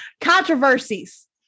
Controversies